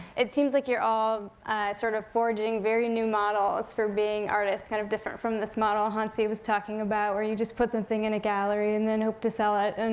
it seems like you're all sort of forging very new models for being artists, kind of different from this model hansi was talking about, where you just put something in a gallery, and then hope to sell it, and